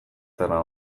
zara